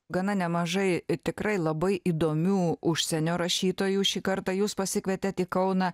gana nemažai tikrai labai įdomių užsienio rašytojų šį kartą jūs pasikvietėt į kauną